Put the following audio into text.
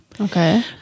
okay